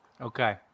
Okay